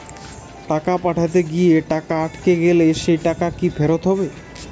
টাকা পাঠাতে গিয়ে টাকা আটকে গেলে সেই টাকা কি ফেরত হবে?